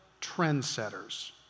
trendsetters